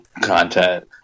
content